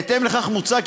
בהתאם לכך מוצע,